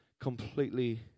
completely